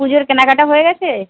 পুজোর কেনাকাটা হয়ে গিয়েছে